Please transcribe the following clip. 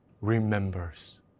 remembers